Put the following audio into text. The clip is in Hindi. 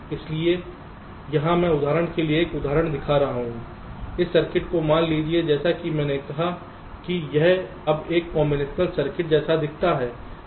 इसलिए यहां मैं उदाहरण के लिए एक उदाहरण दिखा रहा हूं इस सर्किट को मान लीजिए जैसा कि मैंने कहा कि यह अब एक कॉम्बिनेशनल सर्किट जैसा दिखता है